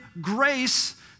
grace